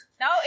No